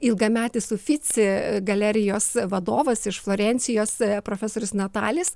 ilgametis sufici galerijos vadovas iš florencijos profesorius natalis